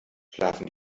schlafen